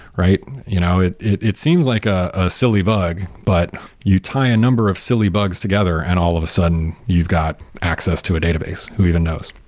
right? you know it it seems like a a silly bug, but you tie a number of silly bugs together and all of a sudden you've got access to a database. who even knows?